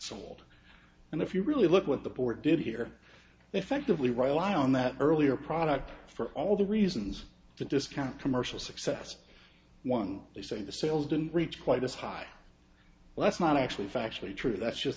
sold and if you really look at the board did here effectively rely on that earlier product for all the reasons to discount commercial success one they say the sales didn't reach quite as high well that's not actually factually true that's just